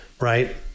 right